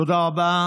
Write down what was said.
תודה רבה.